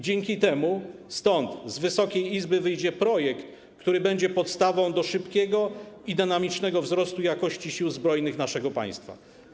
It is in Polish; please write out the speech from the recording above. Dzięki temu stąd, z Wysokiej Izby wyjdzie projekt, który będzie podstawą do szybkiego i dynamicznego wzrostu jakości Sił Zbrojnych naszego państwa.